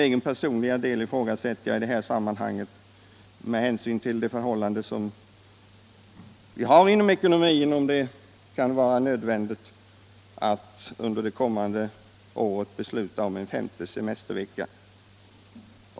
Med hänsyn till rådande förhållanden inom ekonomin ifrågasätter jag också för min del om det kan vara nödvändigt att under det kommande året besluta om en femte semestervecka.